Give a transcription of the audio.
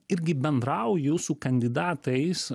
irgi bendrauju su kandidatais